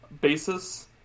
basis